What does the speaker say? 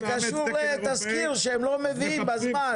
זה קשור לתזכיר שהם לא מביאים בזמן.